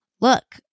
look